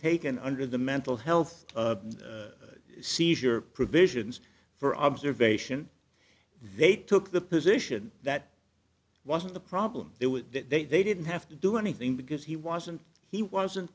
taken under the mental health seizure provisions for observation they took the position that wasn't the problem it was that they didn't have to do anything because he wasn't he wasn't